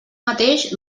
mateix